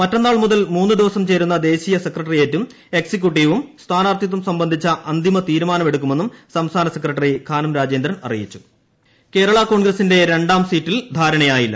മറ്റെന്നാൾ മുതൽ മൂന്ന് ദിവസം ചേരുന്ന ദേശീയ സെക്രട്ടറിയേറ്റും എക്സിക്യുട്ടീവും സ്ഥാനാർത്ഥിത്വം സംബന്ധിച്ച അന്തിമ തീരുമാന്നമെടുക്കുമെന്നും സംസ്ഥാന സെക്രട്ടറി കാനം രാജേന്ദ്രൻ അറിയിച്ച കേരള കോൺഗ്രസ് സ്റ് കേരള കോൺഗ്രസിന്റെ രണ്ടാം സീറ്റിൽ ധാരണയായില്ല